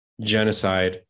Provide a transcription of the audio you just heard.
genocide